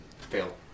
Fail